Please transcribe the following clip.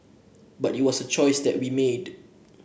but it was a choice that we made